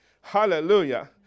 Hallelujah